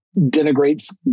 denigrates